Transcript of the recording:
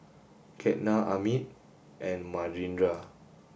Ketna Amit and Manindra